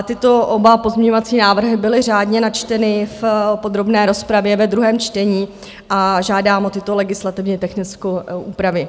Tyto oba pozměňovací návrhy byly řádně načteny v podrobné rozpravě ve druhém čtení a žádám o tyto legislativně technické úpravy.